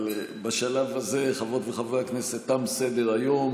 אבל בשלב הזה, חברות וחברי הכנסת, תם סדר-היום.